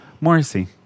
Morrissey